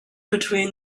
between